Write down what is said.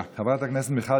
שהולך לצבא ומשלם מיסים,